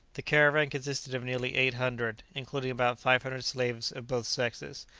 the caravan consisted of nearly eight hundred, including about five hundred slaves of both sexes,